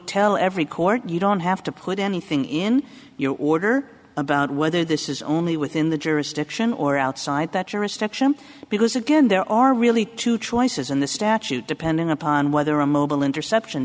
tell every court you don't have to put anything in your order about whether this is only within the jurisdiction or outside that jurisdiction because again there are really two choices in the statute depending upon whether a mobile interception